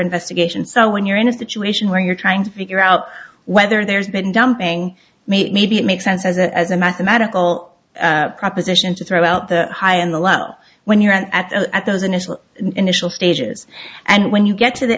investigation so when you're in a situation where you're trying to figure out whether there's been dumping me maybe it makes sense as a as a mathematical proposition to throw out the high and low when you're at the at those initial initial stages and when you get to the